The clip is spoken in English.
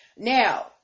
Now